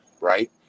Right